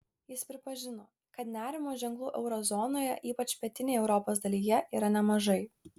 jis pripažino kad nerimo ženklų euro zonoje ypač pietinėje europos dalyje yra nemažai